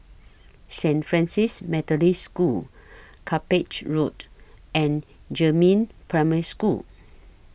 Saint Francis Methodist School Cuppage Road and Jiemin Primary School